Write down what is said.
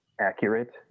accurate